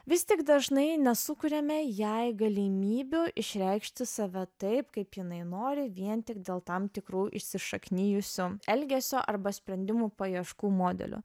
vis tik dažnai nesukuriame jai galimybių išreikšti save taip kaip jinai nori vien tik dėl tam tikrų įsišaknijusių elgesio arba sprendimų paieškų modelio